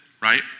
Right